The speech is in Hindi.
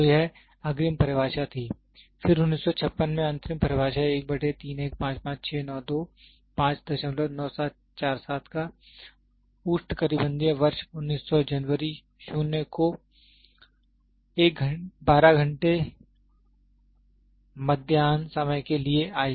तो यह अग्रिम परिभाषा थी फिर 1956 में अंतरिम परिभाषा का उष्णकटिबंधीय वर्ष 1900 जनवरी 0 को 12 घंटे मध्याह्न समय के लिए आई